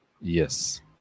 Yes